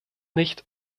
nicht